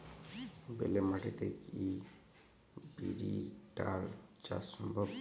বেলে মাটিতে কি বিরির ডাল চাষ সম্ভব?